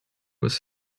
was